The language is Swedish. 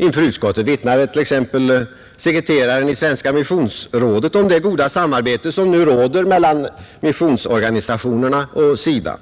Inför utskottet vittnade t.ex. sekreteraren i Svenska missionsrådet om det goda samarbete som nu råder mellan missionsorganisationerna och SIDA.